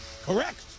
Correct